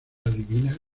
adivina